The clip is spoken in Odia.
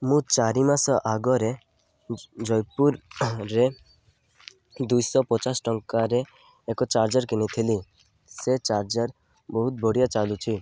ମୁଁ ଚାରି ମାସ ଆଗରେ ଜୟପୁରରେ ଦୁଇଶହ ପଚାଶ ଟଙ୍କାରେ ଏକ ଚାର୍ଜର କିଣିଥିଲି ସେ ଚାର୍ଜର ବହୁତ ବଢ଼ିଆ ଚାଲୁଛି